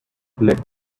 let